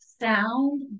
sound